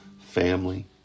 family